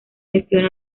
gestiona